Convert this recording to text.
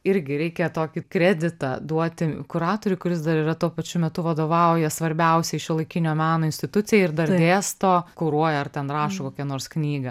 irgi reikia tokį kreditą duoti kuratoriui kuris dar yra tuo pačiu metu vadovaująs svarbiausiai šiuolaikinio meno institucijai ir dar dėsto kuruoja ar ten rašo kokią nors knygą